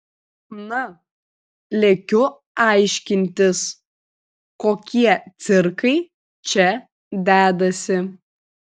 na lekiu aiškintis kokie cirkai čia dedasi